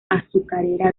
azucarera